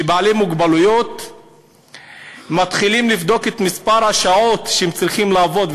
שבעלי מוגבלות מתחילים לבדוק את השעות שהם צריכים לעבוד,